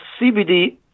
CBD